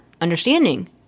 understanding